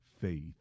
Faith